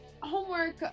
homework